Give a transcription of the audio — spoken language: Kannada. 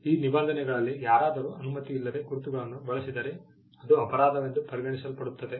ಈ ನಿಬಂಧನೆಗಳಲ್ಲಿ ಯಾರಾದರೂ ಅನುಮತಿ ಇಲ್ಲದೆ ಗುರುತುಗಳನ್ನು ಬಳಸಿದರೆ ಅದು ಅಪರಾಧವೆಂದು ಪರಿಗಣಿಸಲ್ಪಡುತ್ತದೆ